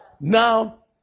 Now